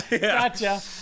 gotcha